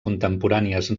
contemporànies